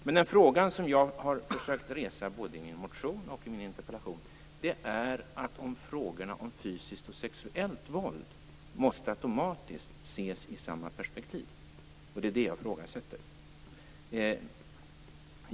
Den fråga som jag har försökt resa både i min motion och i min interpellation är om frågorna om fysiskt och sexuellt våld automatiskt måste ses i samma perspektiv. Det är det jag ifrågasätter.